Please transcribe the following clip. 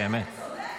באמת.